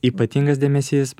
ypatingas dėmesys